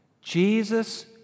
Jesus